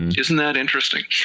isn't that interesting?